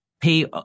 pay